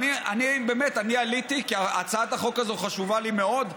באמת אני עליתי כי הצעת החוק הזאת חשובה לי מאוד,